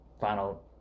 final